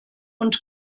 und